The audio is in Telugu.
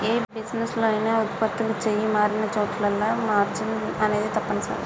యే బిజినెస్ లో అయినా వుత్పత్తులు చెయ్యి మారినచోటల్లా మార్జిన్ అనేది తప్పనిసరి